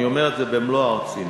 אני אומר את זה במלוא הרצינות.